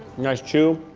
nice chew.